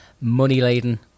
money-laden